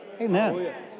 Amen